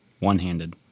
One-handed